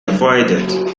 avoided